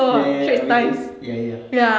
ya ya ya everyday ya ya ya